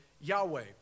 Yahweh